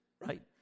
right